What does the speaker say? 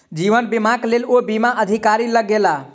जीवन बीमाक लेल ओ बीमा अधिकारी लग गेला